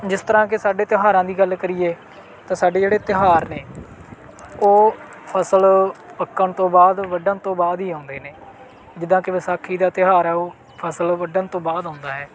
ਜਿਸ ਤਰ੍ਹਾਂ ਕਿ ਸਾਡੇ ਤਿਉਹਾਰਾਂ ਦੀ ਗੱਲ ਕਰੀਏ ਤਾਂ ਸਾਡੇ ਜਿਹੜੇ ਤਿਉਹਾਰ ਨੇ ਉਹ ਫ਼ਸਲ ਪੱਕਣ ਤੋਂ ਬਾਅਦ ਵੱਢਣ ਤੋਂ ਬਾਅਦ ਹੀ ਆਉਂਦੇ ਨੇ ਜਿੱਦਾਂ ਕਿ ਵਿਸਾਖੀ ਦਾ ਤਿਉਹਾਰ ਹੈ ਉਹ ਫ਼ਸਲ ਵੱਢਣ ਤੋਂ ਬਾਅਦ ਆਉਂਦਾ ਹੈ